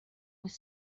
was